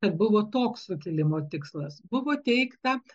kad buvo toks sukilimo tikslas buvo teigta